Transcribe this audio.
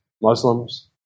Muslims